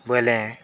ବୋଇଲେ